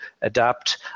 adapt